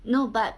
no but